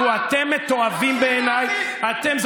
אתם מתועבים בעיניי, אתה מתועב.